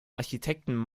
architekten